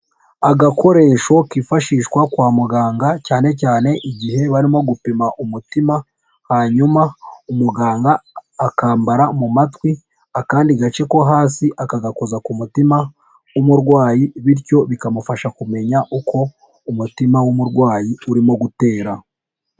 Agakoresho kifashishwa kwa muganga cyane cyane igihe barimo gupima umutima ,hanyuma umuganga akambara mu matwi akandi gace ko hasi akagakoza ku mutima w'umurwayi ,bityo bikamufasha kumenya uko umutima w'umurwayi urimo gutera.